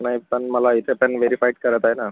नाही पण मला इथे पण वेरीफाय करत आहे ना